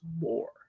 more